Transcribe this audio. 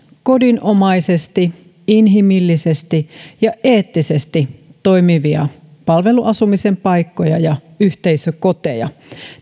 kodinomaisesti inhimillisesti ja eettisesti toimivia palveluasumisen paikkoja ja yhteisökoteja